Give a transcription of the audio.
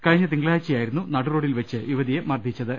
കഴിഞ്ഞ തിങ്കളാഴ്ച്ച യായിരുന്നു നടുറോഡിൽ വച്ച് യുവതിയെ മർദ്ദിച്ചത്